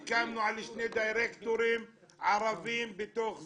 סיכמנו על שני דירקטורים ערבים בתוך זה,